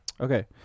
Okay